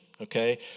okay